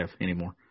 anymore